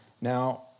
Now